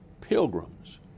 pilgrims